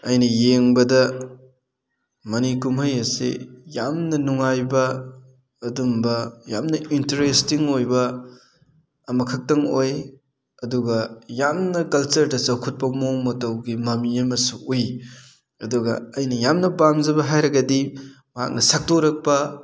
ꯑꯩꯅ ꯌꯦꯡꯕꯗ ꯃꯅꯤꯀꯨꯝꯍꯩ ꯑꯁꯤ ꯌꯥꯝꯅ ꯅꯨꯡꯉꯥꯏꯕ ꯑꯗꯨꯝꯕ ꯌꯥꯝꯅ ꯏꯟꯇꯔꯦꯁꯇꯤꯡ ꯑꯣꯏꯕ ꯑꯃꯈꯛꯇꯪ ꯑꯣꯏ ꯑꯗꯨꯒ ꯌꯥꯝꯅ ꯀꯜꯆꯔꯗ ꯆꯥꯎꯈꯠꯄ ꯃꯑꯣꯡ ꯃꯇꯧꯒꯤ ꯃꯃꯤ ꯑꯃꯁꯨ ꯎꯏ ꯑꯗꯨꯒ ꯑꯩꯅ ꯌꯥꯝꯅ ꯄꯥꯝꯖꯕ ꯍꯥꯏꯔꯒꯗꯤ ꯃꯍꯥꯛꯅ ꯁꯛꯇꯣꯔꯛꯄ